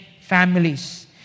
families